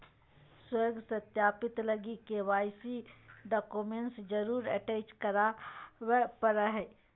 स्व सत्यापित लगी के.वाई.सी डॉक्यूमेंट जरुर अटेच कराय परा हइ